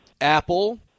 Apple